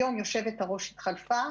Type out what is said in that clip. היום יושבת הראש התחלפה,